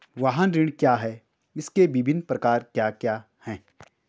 वाहन ऋण क्या है इसके विभिन्न प्रकार क्या क्या हैं?